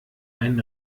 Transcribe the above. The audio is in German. ein